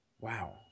Wow